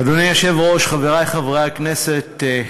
אדוני היושב-ראש, חברי חברי הכנסת,